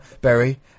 Berry